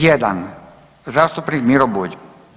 Jedan, zastupnik Miro Bulj.